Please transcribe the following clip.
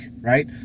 right